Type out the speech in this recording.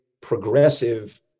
progressive